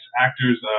actor's